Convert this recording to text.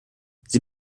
sie